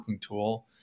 tool